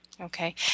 Okay